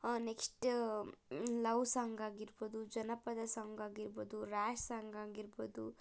next love song ಆಗಿರ್ಬೊದು ಜನಪದ song ಆಗಿರ್ಬೊದು ರ್ಯಾಷ್ ಸಾಂಗ್ ಆಗಿರ್ಬೊದು